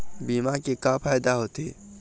बीमा के का फायदा होते?